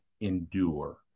endure